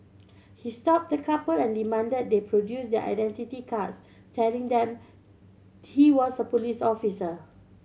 he stopped the couple and demanded they produce their identity cards telling them he was a police officer